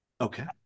Okay